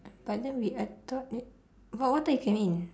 but then we I thought eh what what time we came in